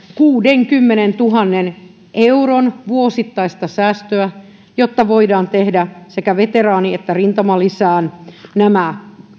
kuudenkymmenentuhannen euron vuosittaista säästöä jotta voidaan tehdä sekä veteraani että rintamalisään nämä